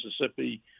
Mississippi